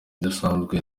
idasanzwe